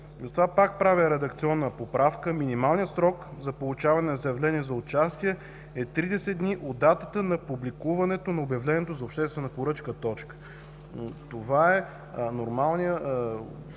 Затова пак правя редакционна поправка – минималният срок за получаване на заявление за участие е 30 дни от датата на публикуване на обявлението за обществена поръчка. Това е нормалният